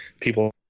people